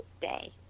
day